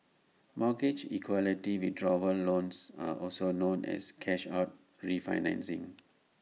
mortgage equity withdrawal loans are also known as cash out refinancing